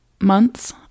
months